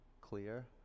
clear